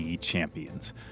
champions